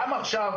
גם עכשיו,